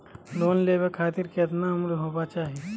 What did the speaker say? Loan लेवे खातिर केतना उम्र होवे चाही?